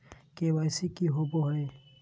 KYC की हॉबे हय?